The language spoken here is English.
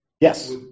Yes